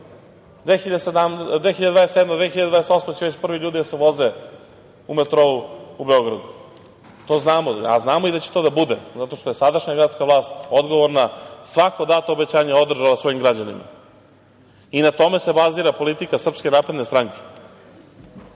godine će već prvi ljudi da se voze u metrou u Beogradu. To znamo, a znamo i da će to da bude, zato što je sadašnja gradska vlast odgovorna. Svako dato obećanje je održala svojim građanima i na tome se bazira politika Srpske napredne stranke. Pažljivo